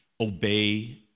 obey